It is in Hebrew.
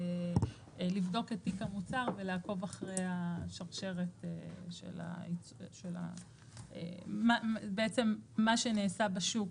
לבדוק את תיק המוצר ולעקוב אחרי השרשרת של מה שבעצם נעשה בשוק,